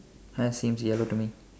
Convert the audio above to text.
hair seems yellow to me